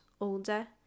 older